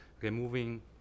removing